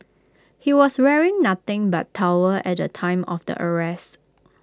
he was wearing nothing but towel at the time of the arrest